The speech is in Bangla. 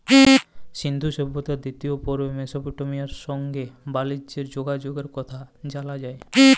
সিল্ধু সভ্যতার দিতিয় পর্বে মেসপটেমিয়ার সংগে বালিজ্যের যগাযগের কথা জালা যায়